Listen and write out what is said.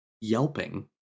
yelping